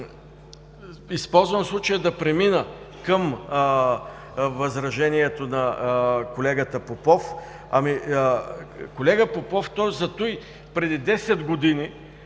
Използвам случая да премина към възражението на колегата Попов. Колега, Попов, затова преди десет години